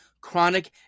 chronic